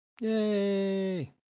Yay